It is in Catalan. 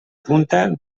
punta